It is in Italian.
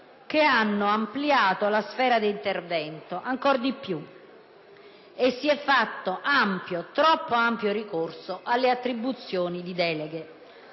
che hanno ampliato la sfera di intervento ancor di più e si è fatto ampio, troppo ampio, ricorso alle attribuzioni di delega.